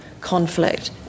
conflict